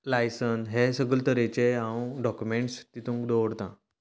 license हे सगले तरेचे हांव डॉक्युमेंट्स तितूक दवरता